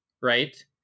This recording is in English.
right